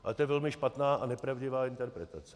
A to je velmi špatná a nepravdivá interpretace.